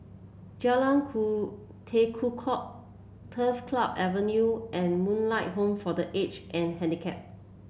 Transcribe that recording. Jalan Ku Tekukor Turf Club Avenue and Moonlight Home for The Age And Handicap